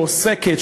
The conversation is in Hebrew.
שעוסקת,